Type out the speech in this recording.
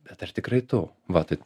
bet ar tikrai tu va taip